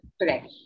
Correct